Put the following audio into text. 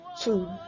Two